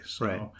Right